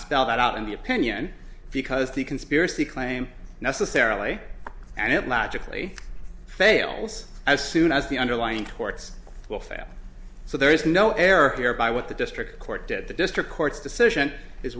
spell that out in the opinion because the conspiracy claim necessarily and it logically fails as soon as the underlying torts will fail so there is no error here by what the district court did the district court's decision is